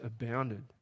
abounded